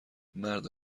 مرد